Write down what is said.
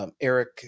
Eric